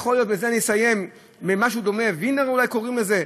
אני אסיים במשהו דומה, "ווינר" אולי קוראים לזה: